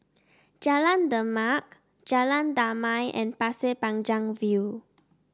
Jalan Demak Jalan Damai and Pasir Panjang View